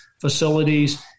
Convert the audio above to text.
facilities